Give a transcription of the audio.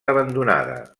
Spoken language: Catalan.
abandonada